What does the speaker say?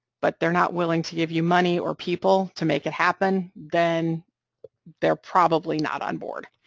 but they're not willing to give you money or people to make it happen, then they're probably not on-board.